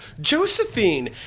josephine